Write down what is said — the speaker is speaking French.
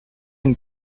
une